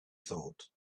thought